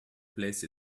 placed